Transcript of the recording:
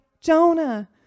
Jonah